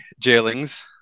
Jailings